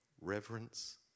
Reverence